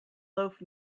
loaf